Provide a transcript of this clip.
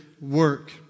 work